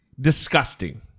Disgusting